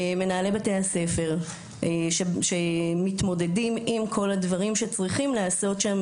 מנהלי בתי הספר שמתמודדים עם כל הדברים שצריכים להיעשות שם,